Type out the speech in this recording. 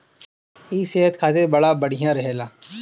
इ सेहत खातिर बड़ा बढ़िया रहेला